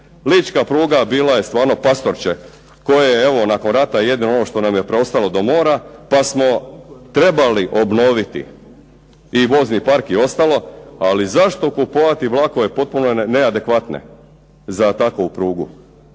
Lička pruga bila je stvarno pastorče koje je evo nakon rata jedino ono što nam je preostalo do mora, pa smo trebali obnoviti i vozni park i ostalo. Ali zašto kupovati vlakove potpuno neadekvatne za takvu prugu.